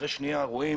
אחרי שנייה רואים,